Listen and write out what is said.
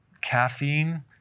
caffeine